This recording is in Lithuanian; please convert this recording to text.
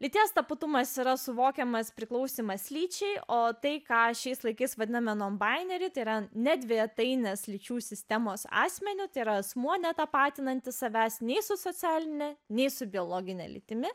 lyties tapatumas yra suvokiamas priklausymas lyčiai o tai ką šiais laikais vadiname nonbaineriu tai yra ne dvejetainės lyčių sistemos asmeniu tai yra asmuo netapatinantis savęs nei su socialine nei su biologine lytimi